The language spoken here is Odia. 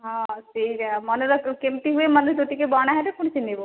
ହଁ ସେଇଟା ମନେ ରଖ କେମିତି ହୁଏ ମନେ ରଖ ଟିକେ ବଣା ହେଲେ ପୁଣି ଚିହ୍ନିବୁ